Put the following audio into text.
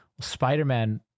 Spider-Man